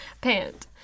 pant